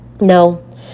No